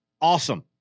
awesome